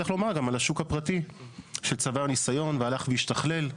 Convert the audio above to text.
צריך לומר גם על השוק הפרטי שצבר ניסיון והלך והשתכלל.